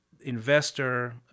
investor